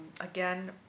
again